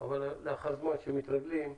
אבל לאחר זמן מתרגלים.